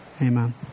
Amen